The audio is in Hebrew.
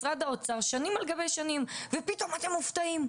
משרד האוצר שנים על גבי שנים ופתאום אתם מופתעים.